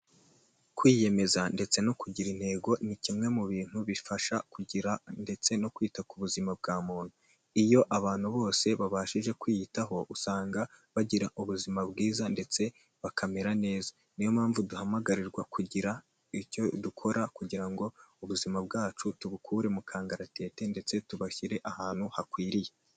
Kwiyemeza ndetse no kugira intego ni kimwe mu bintu bifasha kugira ndetse no kwita ku buzima bwa muntu, iyo abantu bose babashije kwiyitaho usanga bagira ubuzima bwiza ndetse bakamera neza, niyo mpamvu duhamagarirwa kugira icyo dukora kugira ngo ubuzima bwacu tubukure mu kangaratete ndetse tubashyire ahantu hakwiriye.